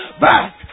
back